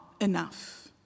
enough